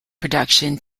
production